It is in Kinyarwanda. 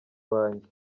wanjye